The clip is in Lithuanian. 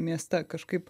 mieste kažkaip